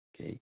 okay